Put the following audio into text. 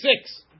six